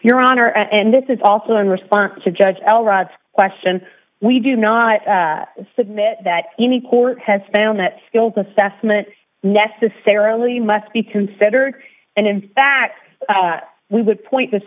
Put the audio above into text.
your honor and this is also in response to judge l rod's question we do not submit that any court has found that skills assessment necessarily must be considered and in fact we would point